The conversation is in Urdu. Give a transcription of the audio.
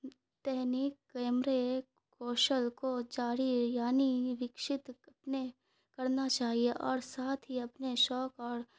تہنیک کیمرے کوشل کو جاری یعنی وکشت اپنے کرنا چاہیے اور ساتھ ہی اپنے شوق اور